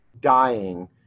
dying